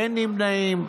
אין נמנעים.